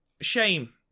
shame